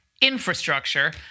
infrastructure